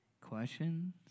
Questions